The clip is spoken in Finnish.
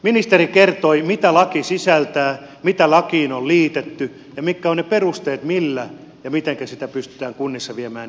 ministeri kertoi mitä laki sisältää mitä lakiin on liitetty ja mitkä ovat ne perusteet millä ja mitenkä sitä pystytään kunnissa viemään eteenpäin